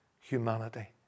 humanity